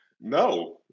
No